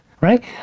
Right